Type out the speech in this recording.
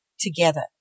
Together